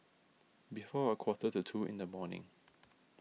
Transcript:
before a quarter to two in the morning